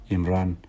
Imran